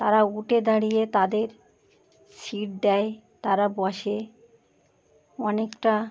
তারা উঠে দাঁড়িয়ে তাদের সিট দেয় তারা বসে অনেকটা